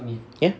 ya